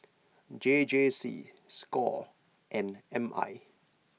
J J C Score and M I